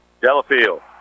Delafield